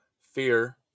fear